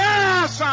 Yes